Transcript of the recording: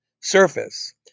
surface